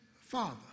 father